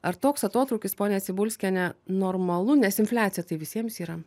ar toks atotrūkis ponia cibulskiene normalu nes infliacija tai visiems yra